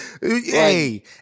Hey